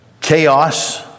chaos